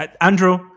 andrew